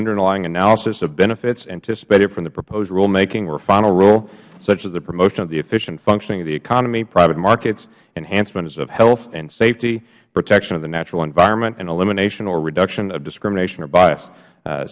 underlying analysis of benefits anticipated from the proposed rule making or final rule such as the promotion of the efficient functioning of the economy private markets enhancements of health and safety protection of the natural environment and elimination or reduction of discrimination or b